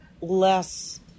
less